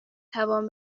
توان